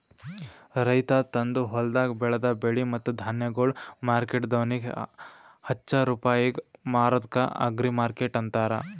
ರೈತ ತಂದು ಹೊಲ್ದಾಗ್ ಬೆಳದ ಬೆಳೆ ಮತ್ತ ಧಾನ್ಯಗೊಳ್ ಮಾರ್ಕೆಟ್ದವನಿಗ್ ಹಚ್ಚಾ ರೂಪಾಯಿಗ್ ಮಾರದ್ಕ ಅಗ್ರಿಮಾರ್ಕೆಟ್ ಅಂತಾರ